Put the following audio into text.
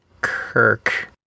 Kirk